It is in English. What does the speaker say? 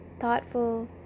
thoughtful